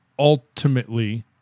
ultimately